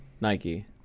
Nike